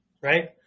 right